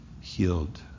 healed